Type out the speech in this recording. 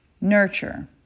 Nurture